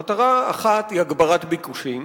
מטרה אחת היא הגברת ביקושים,